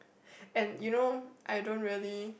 and you know I don't really